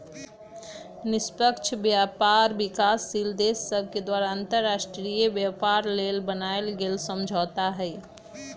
निष्पक्ष व्यापार विकासशील देश सभके द्वारा अंतर्राष्ट्रीय व्यापार लेल बनायल गेल समझौता हइ